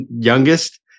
youngest